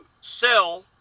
sell